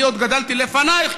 אני עוד גדלתי לפנייך,